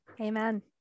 Amen